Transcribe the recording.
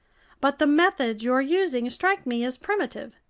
but the methods you're using strike me as primitive.